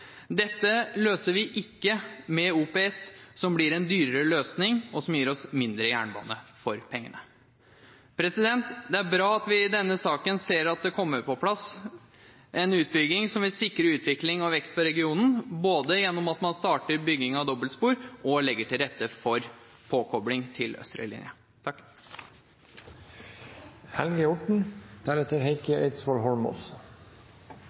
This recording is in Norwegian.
Dette løser vi ikke med OPS, som blir en dyrere løsning, og som gir oss mindre jernbane for pengene. Det er bra at vi i denne saken ser at det kommer på plass en utbygging som vil sikre utvikling og vekst for regionen gjennom at man starter bygging av dobbeltspor og legger til rette for påkobling til